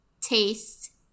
taste